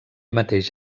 mateix